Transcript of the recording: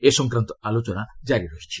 ଏ ସଂକ୍ରାନ୍ତ ଆଲୋଚନା ଜାରି ରହିଛି